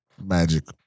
magic